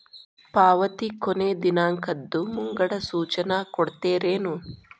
ಪಾವತಿ ಕೊನೆ ದಿನಾಂಕದ್ದು ಮುಂಗಡ ಸೂಚನಾ ಕೊಡ್ತೇರೇನು?